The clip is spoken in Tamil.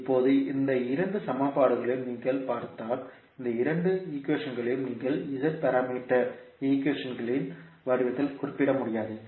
இப்போது இந்த இரண்டு சமன்பாடுகளையும் நீங்கள் பார்த்தால் இந்த இரண்டு ஈக்வேஷன்களையும் நீங்கள் Z பாராமீட்டர் ஈக்வேஷன்களின் வடிவத்தில் குறிப்பிட முடியாது